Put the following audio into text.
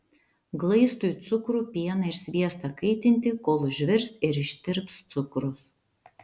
glaistui cukrų pieną ir sviestą kaitinti kol užvirs ir ištirps cukrus